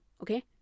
okay